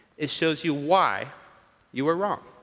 it shows you why you were wrong.